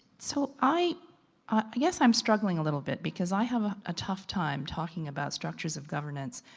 so i, i guess i'm struggling a little bit because i have ah a tough time talking about structures of governance,